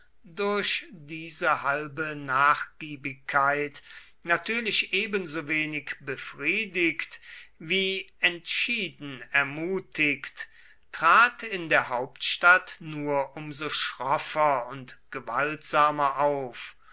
durch diese halbe nachgiebigkeit natürlich ebensowenig befriedigt wie entschieden ermutigt trat in der hauptstadt nur um so schroffer und gewaltsamer auf